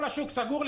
כל השוק סגור,